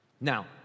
Now